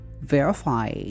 verify